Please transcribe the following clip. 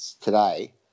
today